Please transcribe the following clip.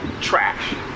Trash